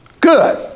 good